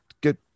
good